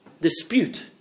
dispute